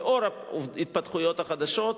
לאור ההתפתחויות החדשות,